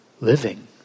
living